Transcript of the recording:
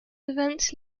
events